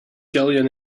jillian